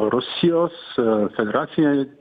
rusijos federacija